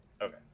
Okay